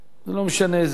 לא משנה איזה שר,